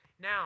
Now